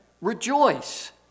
rejoice